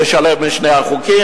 נשלב בין שני החוקים.